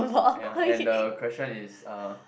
ya and the question is uh